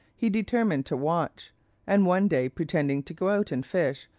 he determined to watch and one day pretending to go out and fish,